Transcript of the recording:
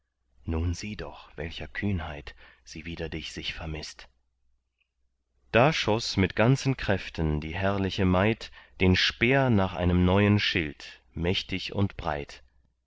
nun sieh doch welcher kühnheit sie wider dich sich vermißt da schoß mit ganzen kräften die herrliche maid den speer nach einem neuen schild mächtig und breit